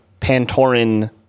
Pantoran